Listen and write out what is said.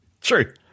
True